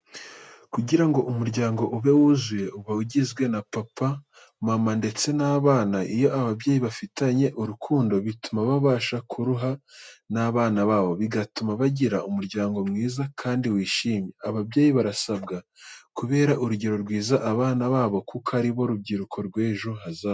Kugira ngo umuryango ube wuzuye, uba uginzwe na papa, mama, ndetse n'abana. Iyo ababyeyi bafitanye urukundo bituma babasha kuruha n'abana babo bigatuma bagira umuryango mwiza kandi wishimye. Ababyeyi barasabwa kubera urugero rwiza abana babo kuko aribo rubyiruko rw'ejo hazaza.